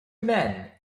men